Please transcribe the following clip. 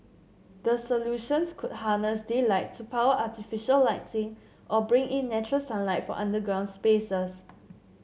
the solutions could harness daylight to power artificial lighting or bring in natural sunlight for underground spaces